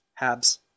Habs